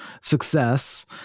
success